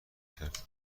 کرد